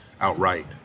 outright